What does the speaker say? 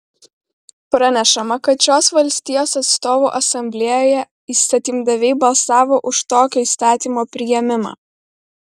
pranešama kad šios valstijos atstovų asamblėjoje įstatymdaviai balsavo už tokio įstatymo priėmimą